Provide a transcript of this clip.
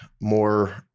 more